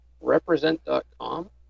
Represent.com